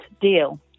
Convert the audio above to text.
deal